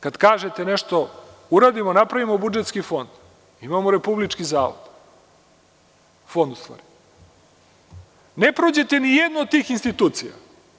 Kad kažete nešto, uradimo, napravimo budžetski fond, imamo Republički fond, ne prođete nijednu od tih institucija.